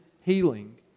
healing